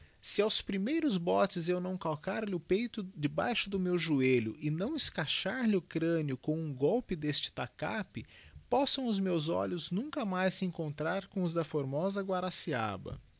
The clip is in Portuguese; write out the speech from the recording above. se aos primeiros boles eu nào calcar lhe o peito debaixo do meu joelho e nào escachar lhe o craneo com um golpe deste tacape possam os meus olhos nunca raais se encontrar cora os da formosa guaraciaba